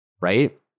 Right